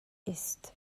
ist